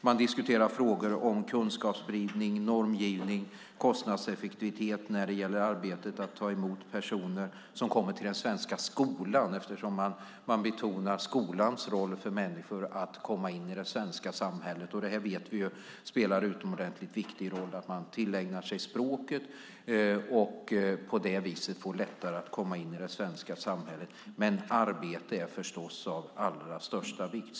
Man diskuterar frågor om kunskapsspridning, normgivning och kostnadseffektivitet när det gäller arbetet att ta emot personer som kommer till den svenska skolan, eftersom man betonar skolans roll för människor att komma in i det svenska samhället. Vi vet att det spelar en utomordentligt viktig roll att de tillägnar sig språket och på det viset får lättare att komma in i det svenska samhället, men arbete är förstås av allra största vikt.